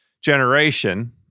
generation